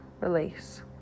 Release